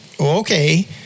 Okay